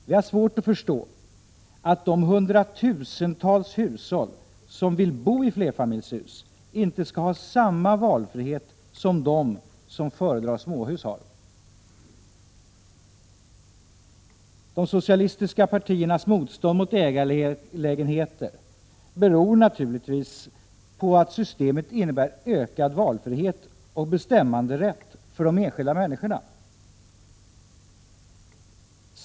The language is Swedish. Vi har svårt att förstå att de hundratusentals hushåll som vill bo i flerfamiljshus inte skall kunna ha samma valfrihet som de som föredrar småhus har. De socialistiska partiernas motstånd mot ägarlägenheter beror naturligtvis på att systemet innebär ökad valfrihet och bestämmanderätt för de enskilda människorna.